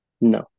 No